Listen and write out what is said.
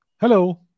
Hello